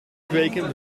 kweken